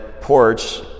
porch